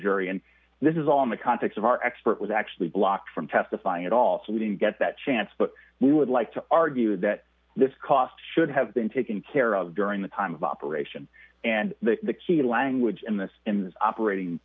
jury and this is all in the context of our expert was actually blocked from testifying at all so we didn't get that chance but we would like to argue that this cost should have been taken care of during the time of operation and the key language in this in this operating